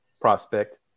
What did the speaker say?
prospect